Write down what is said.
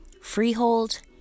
freehold